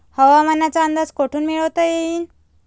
हवामानाचा अंदाज कोठून मिळवता येईन?